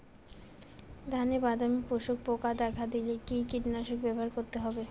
ধানে বাদামি শোষক পোকা দেখা দিলে কি কীটনাশক ব্যবহার করতে হবে?